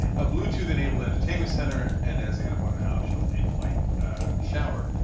a bluetooth enabled entertainment center and as ana point and out, optional in-flight shower.